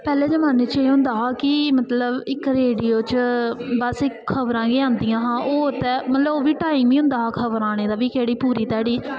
पैह्ले जमान्ने च एह् होंदा हा कि इक रोडियो च बस इक खबरां गै आंदियां हा ते होर ओह् बी मतलब टाइम होंदा हा खबरां आने दा कि केह्ड़ी पूरी ध्याड़ी